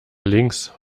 links